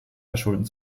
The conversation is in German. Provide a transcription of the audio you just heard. verschulden